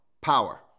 power